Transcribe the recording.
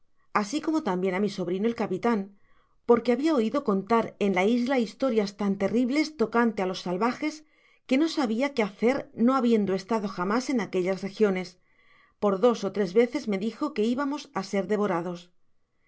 así como tambien á mi sobrina el capitan porque habia oido contar en la isla historias tan terribles tocante á los salvajes que no sabia que hacer no habiendo estado jamás en aquellas regiones por dos ó tres veces me dijo que íbamos á ser devorados es